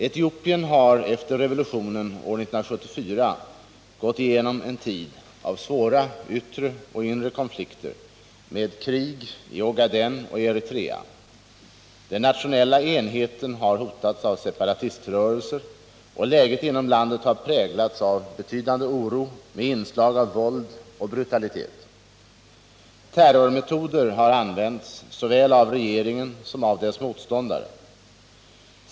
Etiopien har efter revolutionen år 1974 gått igenom en tid av svåra yttre och inre konflikter med krig i Ogaden och Eritrea. Den nationella enheten har hotats av separatiströrelser och läget inom landet har präglats av betydande oro med inslag av våld och brutalitet. Terrormetoder har använts såväl av regeringen som av dess motståndare.